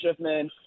Schiffman